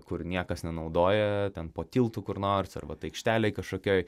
kur niekas nenaudoja ten po tiltu kur nors arba tai aikštelėj kažkokioj